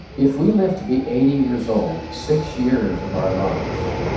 if we live to be eighty years old, six years of our lives,